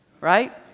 Right